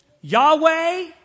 Yahweh